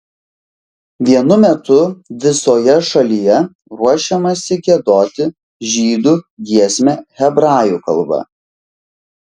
vienu metu visoje šalyje ruošiamasi giedoti žydų giesmę hebrajų kalba